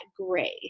gray